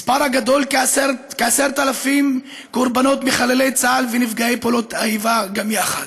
מספר הגדול ב-10,000 מקורבנות חללי צה"ל ונפגעי פעולות האיבה גם יחד.